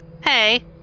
Hey